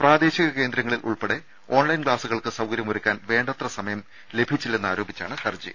പ്രാദേശിക കേന്ദ്രങ്ങളിൽ ഉൾപ്പടെ ഓൺലൈൻ ക്ലാസുകൾക്ക് സൌകര്യമൊരുക്കാൻ വേണ്ടത്ര സമയം ലഭിച്ചില്ലെന്ന് ആരോപിച്ചാണ് ഹർജി